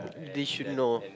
they should know